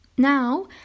Now